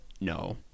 No